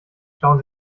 schauen